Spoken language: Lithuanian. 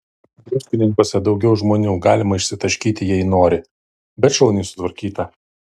druskininkuose daugiau žmonių galima išsitaškyti jei nori bet šauniai sutvarkyta